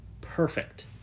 Perfect